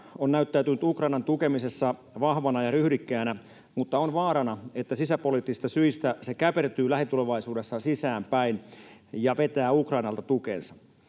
on näyttäytynyt Ukrainan tukemisessa vahvana ja ryhdikkäänä, mutta on vaarana, että sisäpoliittisista syistä se käpertyy lähitulevaisuudessa sisäänpäin ja vetää Ukrainalta tukensa.